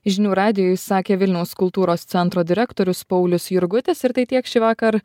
žinių radijui sakė vilniaus kultūros centro direktorius paulius jurgutis ir tai tiek šįvakar